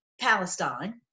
Palestine